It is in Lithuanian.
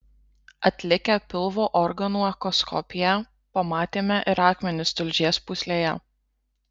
atlikę pilvo organų echoskopiją pamatėme ir akmenis tulžies pūslėje